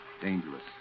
dangerous